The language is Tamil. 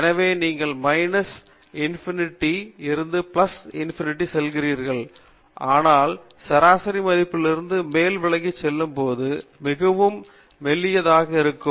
எனவே நீங்கள் மைனஸ் இணைபிரிட்டி இருந்து பிளஸ் இணைபிரிட்டி செல்கிறீர்கள் ஆனால் சராசரி மதிப்பிலிருந்து மேலும் விலகி செல்லும்போளுது வால் மிகவும் மெல்லியதாக இருக்கும்